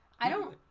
i don't